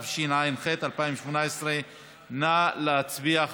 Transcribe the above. התשע"ח 2018. נא להצביע,